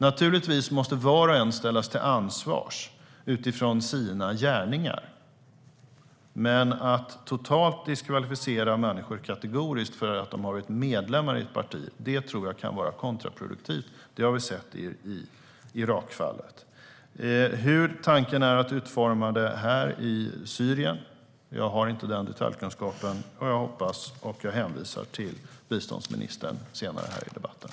Naturligtvis måste var och en ställas till svars utifrån sina gärningar, men att totalt och kategoriskt diskvalificera människor för att de varit medlemmar i ett parti tror jag kan vara kontraproduktivt. Det har vi sett i Irakfallet. När det gäller hur det är tänkt att utformas i Syrien har jag inte den detaljkunskapen, utan jag hänvisar till biståndsministern senare i debatten.